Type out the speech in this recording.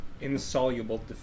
insoluble